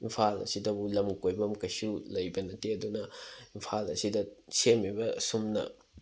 ꯏꯝꯐꯥꯜ ꯑꯁꯤꯗꯕꯨ ꯂꯝ ꯀꯣꯏꯐꯝ ꯀꯩꯁꯨ ꯂꯩꯕ ꯅꯠꯇꯦ ꯑꯗꯨꯅ ꯏꯝꯐꯥꯜ ꯑꯁꯤꯗ ꯁꯦꯝꯃꯤꯕ ꯑꯁꯨꯝꯅ